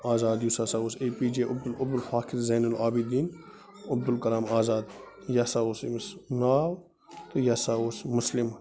آزاد یُس ہسا اوس A P J Abdul Hakim Zain Abidin Abdul Kalam Azad یہِ ہسا اوس أمِس ناو تہٕ یہِ ہَسا اوس مُسلِم